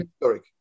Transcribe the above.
historic